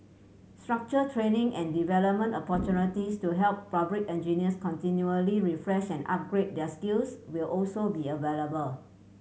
structured training and development opportunities to help public engineers continually refresh and upgrade their skills will also be available